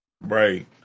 Right